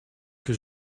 que